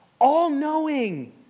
All-knowing